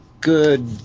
Good